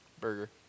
Burger